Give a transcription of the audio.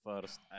First